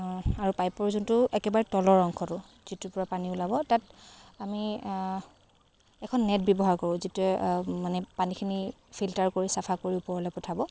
আৰু পাইপৰ যোনটো একেবাৰে তলৰ অংশটো যিটোৰ পৰা পানী ওলাব তাত আমি এখন নেট ব্যৱহাৰ কৰোঁ যিটোৱে মানে পানীখিনি ফিল্টাৰ কৰি চাফা কৰি ওপৰলৈ পঠাব